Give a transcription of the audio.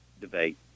debate